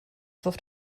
wirft